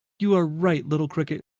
you are right, little cricket,